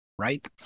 Right